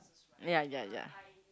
ya ya ya